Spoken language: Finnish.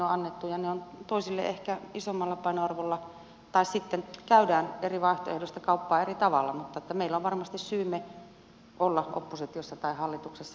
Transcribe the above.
niitäkin on annettu ja ne ovat toisille ehkä isommalla painoarvolla tai sitten käydään eri vaihtoehdoista kauppaa eri tavalla mutta meillä on varmasti syymme olla oppositiossa tai hallituksessa